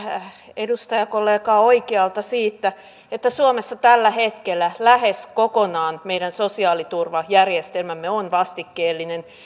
edustajakollegaa oikealta siitä että suomessa tällä hetkellä lähes kokonaan meidän sosiaaliturvajärjestelmämme on vastikkeellinen